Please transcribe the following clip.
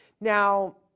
Now